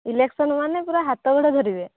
election ମାନେ ପୁରା ହାତ ଗୋଡ଼ ଧରିବେ